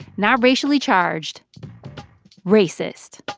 not racially charged racist